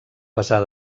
pesar